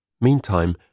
Meantime